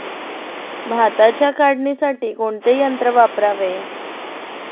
भाताच्या काढणीसाठी कोणते यंत्र वापरावे?